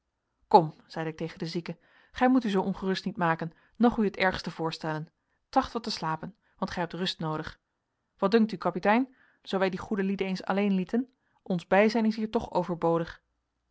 kom zeide ik tegen de zieke gij moet u zoo ongerust niet maken noch u het ergste voorstellen tracht wat te slapen want gij hebt rust nodig wat dunkt u kapitein zoo wij die goede lieden eens alleenlieten ons bijzijn is hier toch overbodig